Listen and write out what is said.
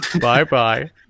Bye-bye